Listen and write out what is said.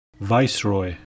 Viceroy